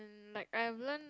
like I've learn